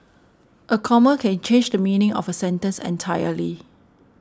a comma can change the meaning of a sentence entirely